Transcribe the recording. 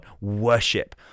worship